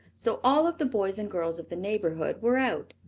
so all of the boys and girls of the neighborhood were out.